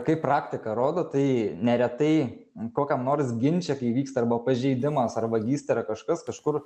kaip praktika rodo tai neretai kokiam nors ginče kai įvyksta arba pažeidimas ar vagystė ar kažkas kažkur